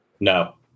No